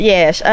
Yes